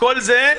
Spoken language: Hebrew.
וכל זה,